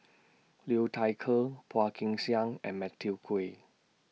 Liu Thai Ker Phua Kin Siang and Matthew Ngui